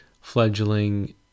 fledgling